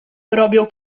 robię